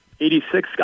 86